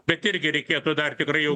bet irgi reikėtų dar tikrai jau